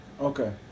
Okay